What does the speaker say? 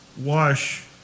wash